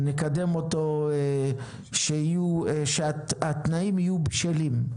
שנקדם אותו שהתנאים יהיו בשלים.